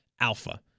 alpha